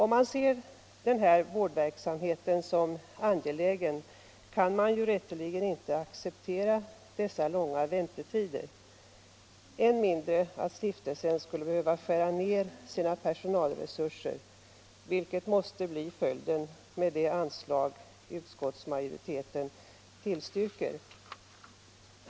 Om man ser den här vårdverksamheten vid S:t Lukasstiftelsen som angelägen kan man rätteligen inte acceptera nuvarande långa väntetider, än mindre att stiftelsen skulle behöva skära ned sina personalresurser, vilket blir följden med det anslag utskottsmajoriteten tillstyrker.